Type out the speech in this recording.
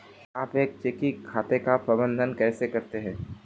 आप एक चेकिंग खाते का प्रबंधन कैसे करते हैं?